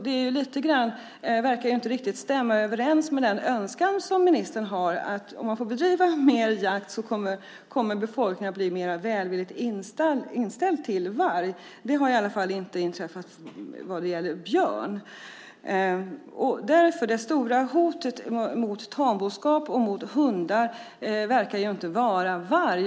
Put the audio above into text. Detta verkar inte stämma överens med den önskan som ministern har, alltså att befolkningen kommer att bli mer välvilligt inställd till varg om man får bedriva mer jakt. Så har det inte blivit när det gäller björn. Det stora hotet mot tamboskap och hundar verkar inte vara varg.